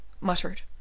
muttered